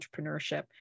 entrepreneurship